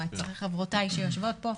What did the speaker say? חברותיי שיושבות פה,